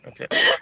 Okay